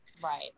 right